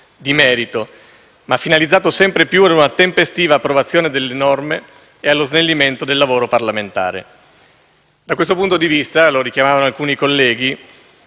di merito, ma finalizzato sempre di più a una tempestiva approvazione delle norme e allo snellimento del lavoro parlamentare. Da questo punto di vista, come richiamavano alcuni colleghi,